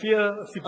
לפי הסיפור,